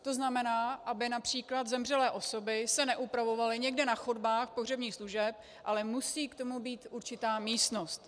To znamená, aby například zemřelé osoby se neupravovaly někde na chodbách pohřebních služeb, ale musí k tomu být určitá místnost.